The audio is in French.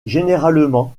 généralement